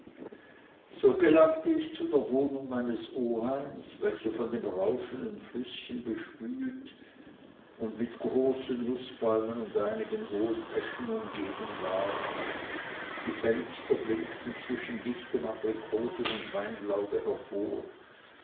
so gelangte ich zu der wohnung meines oheims welche von dem rauschenden flüßchen bespült und mit großen nußbäumen und einigen hohen eschen umgeben war die fenster blinkten zwischen dichtem aprikosen und weinlaube hervor